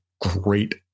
great